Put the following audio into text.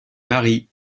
marie